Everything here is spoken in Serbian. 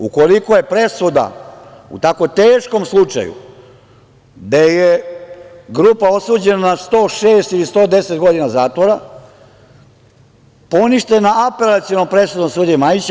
Ukoliko je presuda u tako teškom slučaju, gde je grupa osuđena na 106 ili 110 godina zatvora, poništena apelacionom presudom sudije Majića.